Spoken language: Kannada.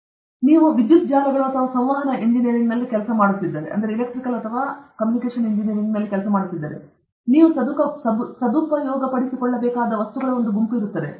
ನೀವು ಹಾಗೆ ನೀವು ವಿದ್ಯುತ್ ಜಾಲಗಳು ಅಥವಾ ಸಂವಹನ ಇಂಜಿನಿಯರಿಂಗ್ನಲ್ಲಿ ಮಾಡುತ್ತಿದ್ದರೆ ನೀವು ಸದುಪಯೋಗಪಡಿಸಿಕೊಳ್ಳಬೇಕಾದ ವಸ್ತುಗಳ ಒಂದು ಗುಂಪು ಇರುತ್ತದೆ